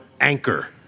anchor